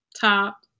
top